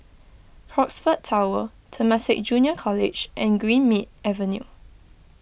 Crockfords Tower Temasek Junior College and Greenmead Avenue